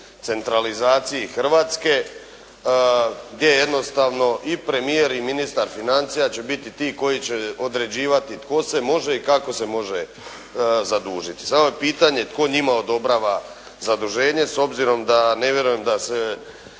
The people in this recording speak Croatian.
Hrvatske gdje jednostavno i premijer i ministar financija će biti ti koji će određivati tko se može i kako se može zadužiti. Samo je pitanje tko njima odobrava zaduženje s obzirom da ne vjerujem da se